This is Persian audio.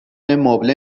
مبله